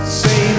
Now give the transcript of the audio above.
say